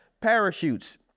parachutes